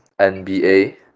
NBA